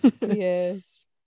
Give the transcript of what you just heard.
Yes